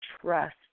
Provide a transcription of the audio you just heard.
trust